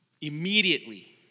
Immediately